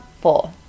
four